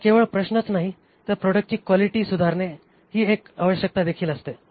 हा केवळ प्रश्नच नाही तर प्रॉडक्टची क्वालिटी सुधारणे ही एक आवश्यकता देखील असते